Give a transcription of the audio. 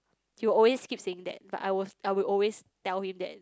he will always keep saying that but I was I will always tell him that